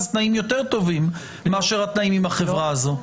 תנאים יותר טובים מאשר התנאים עם החברה הזו.